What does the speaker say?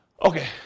Okay